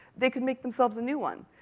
they could make themselves a new one.